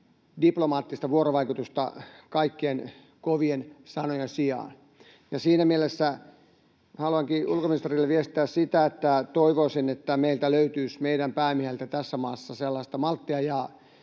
diplomaattista vuorovaikutusta kaikkien kovien sanojen sijaan, ja siinä mielessä haluankin ulkoministerille viestiä sitä, että toivoisin, että meiltä löytyisi, meidän päämiehiltä, tässä maassa sellaista malttia ja